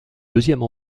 deuxième